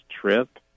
trip